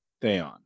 Theon